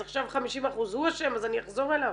אז עכשיו 50% הוא אשם אז אני אחזור אליו?